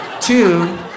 Two